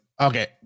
Okay